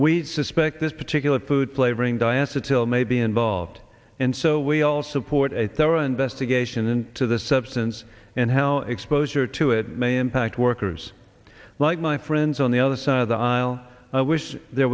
we suspect this particular food flavoring diaster till may be involved and so we all support a thorough investigation into the substance and how exposure to it may impact workers like my friends on the other side of the aisle i wish there